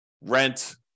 rent